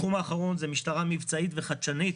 התחום האחרון זה משטרה מבצעית וחדשנית.